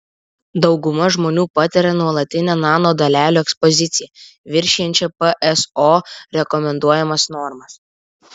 dauguma žmonių patiria nuolatinę nanodalelių ekspoziciją viršijančią pso rekomenduojamas normas